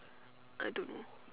I don't know